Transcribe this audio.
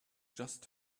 just